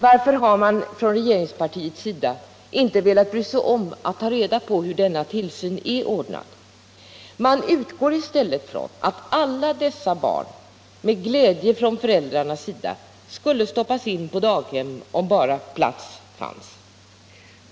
Varför har man från regeringspartiets sida inte velat bry sig om att ta reda på hur de barnens tillsyn är ordnad? Man utgår i stället från att alla dessa barn skulle med glädje från föräldrarnas sida stoppas in på daghem om bara plats fanns.